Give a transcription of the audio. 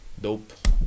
dope